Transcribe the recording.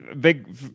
big